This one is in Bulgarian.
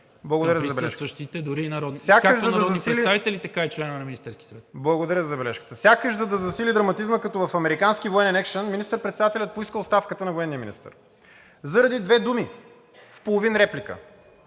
Благодаря за забележката. Сякаш, за да засили драматизма като в американски военен екшън, министър-председателят поиска оставката на военния министър заради две думи в половин реплика